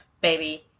baby